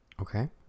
Okay